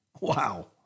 Wow